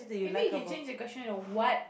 maybe you can change the question to what